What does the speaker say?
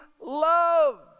love